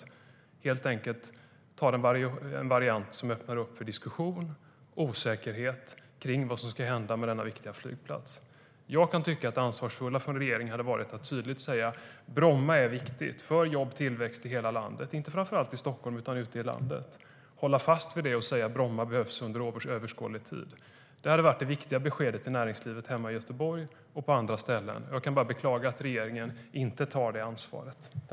I stället väljer man en variant som öppnar för diskussion och osäkerhet om vad som ska hända med denna viktiga flygplats.